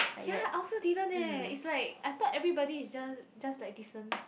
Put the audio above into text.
ya I also didn't eh it's like I thought everybody is just just like decent